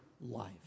life